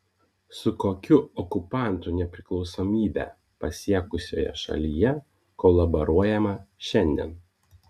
su kokiu okupantu nepriklausomybę pasiekusioje šalyje kolaboruojama šiandien